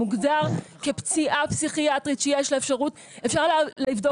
הוא מוגדר כפציעה פסיכיאטרית שאפשר לבדוק אותה.